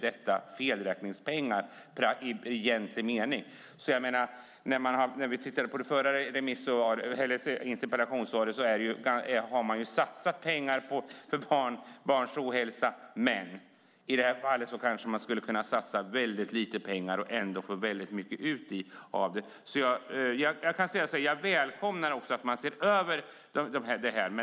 Det är felräkningspengar för staten. Det förra interpellationssvaret handlade om att man har satsat på barns ohälsa, och i det här fallet skulle man kunna satsa väldigt lite pengar och få väldigt mycket ut av dem. Jag välkomnar också att man ser över detta.